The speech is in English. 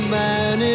man